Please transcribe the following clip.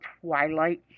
Twilight